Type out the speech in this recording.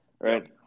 right